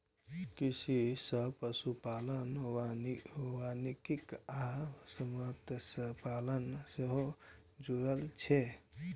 कृषि सं पशुपालन, वानिकी आ मत्स्यपालन सेहो जुड़ल छै